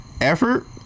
effort